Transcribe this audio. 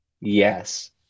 Yes